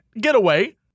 getaway